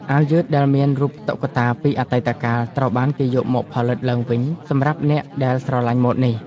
អាវយឺតដែលមានរូបតុក្កតាពីអតីតកាលត្រូវបានគេយកមកផលិតឡើងវិញសម្រាប់អ្នកដែលស្រឡាញ់ម៉ូដនេះ។